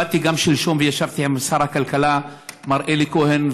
באתי גם שלשום וישבתי עם שר הכלכלה מר אלי כהן,